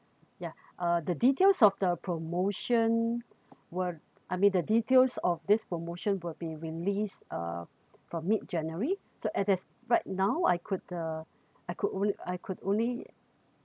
ya uh the details of the promotion were I mean the details of this promotion will be released uh from mid january so at as right now I could uh I could I could only